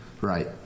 Right